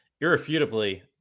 irrefutably